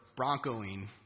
broncoing